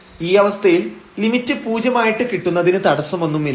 ഈ അവസ്ഥയിൽ ലിമിറ്റ് പൂജ്യമായിട്ട് കിട്ടുന്നതിന് തടസ്സമൊന്നുമില്ല